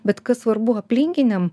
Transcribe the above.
bet kad svarbu aplinkiniam